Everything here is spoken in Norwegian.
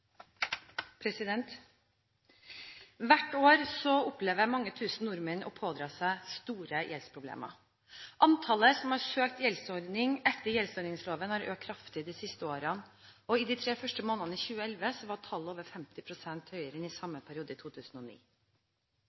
Hvert år opplever mange tusen nordmenn å pådra seg store gjeldsproblemer. Antallet som har søkt gjeldsordning etter gjeldsordningsloven, har økt kraftig de siste årene, og i de tre første månedene i 2011 var tallet over 50 pst. høyere enn i samme periode i 2009.